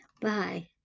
Bye